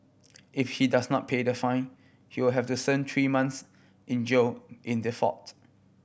if he does not pay the fine he will have to three months in jail in default